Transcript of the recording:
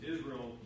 Israel